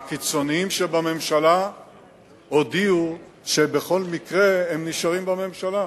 והקיצונים שבממשלה הודיעו שבכל מקרה הם נשארים בממשלה.